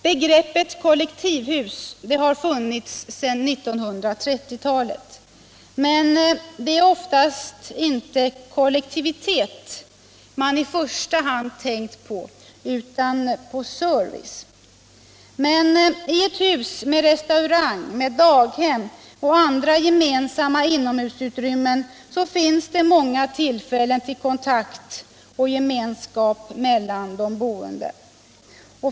Begreppet kollektivhus har funnits sedan 1930-talet, men det är oftast inte kollektivitet man i första hand tänkt på, utan service. Men i ett hus med restaurang, daghem och andra gemensamma inomhusutrymmen finns det många tillfällen till kontakt och gemenskap mellan de boende.